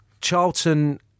Charlton